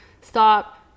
stop